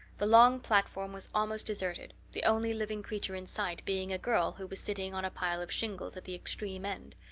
the long platform was almost deserted the only living creature in sight being a girl who was sitting on a pile of shingles at the extreme end.